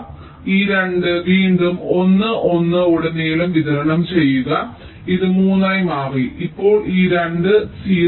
അതിനാൽ ഈ 2 വീണ്ടും 1 1 ഉടനീളം വിതരണം ചെയ്യുക ഇത് 3 ആയി മാറി ഇപ്പോൾ ഈ 2 0